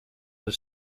the